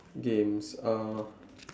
games uh